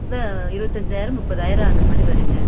இதான் இருபத்தஞ்சாயிரம் முப்பதாயிரம் அந்தமாதிரி வருங்க